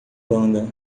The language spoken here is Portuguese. banda